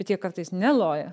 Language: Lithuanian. bet jie kartais neloja